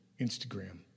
Instagram